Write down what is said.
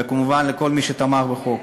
וכמובן, לכל מי שתמך בחוק.